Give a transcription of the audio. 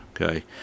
okay